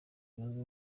zunze